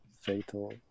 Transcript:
Fatal